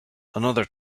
another